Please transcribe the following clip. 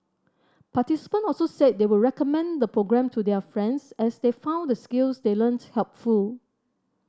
participant also said they would recommend the programme to their friends as they found the skills they learnt helpful